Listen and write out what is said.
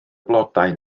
blodau